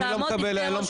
אני לא מקבל.